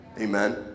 Amen